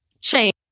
change